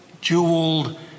jeweled